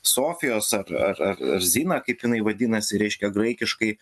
sofijos ar ar ar zina kaip jinai vadinasi reiškia graikiškai